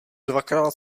dvakrát